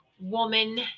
woman